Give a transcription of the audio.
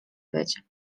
być